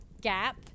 gap